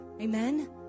amen